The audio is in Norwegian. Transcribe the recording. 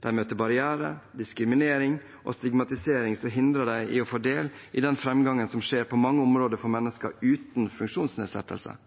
De møter barrierer, diskriminering og stigmatisering som hindrer dem i å få del i den framgangen som skjer på mange områder for mennesker uten funksjonsnedsettelser.